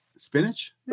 Spinach